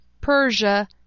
Persia